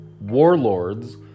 warlords